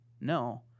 no